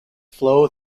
flow